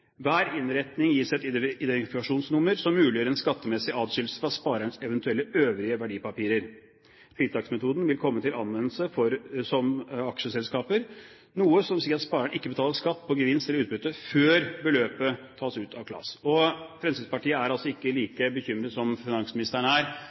Hver innretning gis et identifikasjonsnummer som muliggjør en skattemessig adskillelse fra sparerens eventuelle øvrige verdipapirer. Fritaksmetoden vil komme til anvendelse som for aksjeselskaper, noe som vil si at spareren ikke betaler skatt på gevinst eller utbytte før beløpet tas ut av KLAS. Fremskrittspartiet er altså ikke